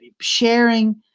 sharing